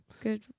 Good